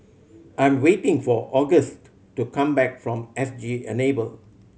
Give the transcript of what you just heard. I'm waiting for Auguste to come back from S G Enable